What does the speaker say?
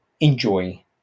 enjoy